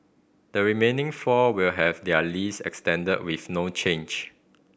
the remaining four will have their lease extended with no change